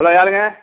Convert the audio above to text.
hello யாருங்க